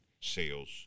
sales